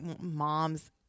moms